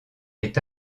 est